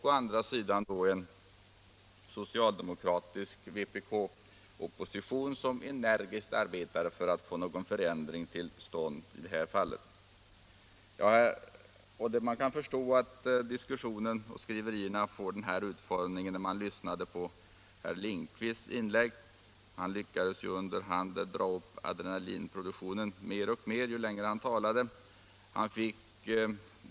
Å andra sidan har vi en opposition s-vpk som energiskt arbetar för att få någon förändring till stånd. När man lyssnat till herr Lindkvists inlägg kan man förstå att diskussionen och skriverierna får den här utformningen. Han lyckades under hand dra upp adrenalinproduktionen ju längre han talade.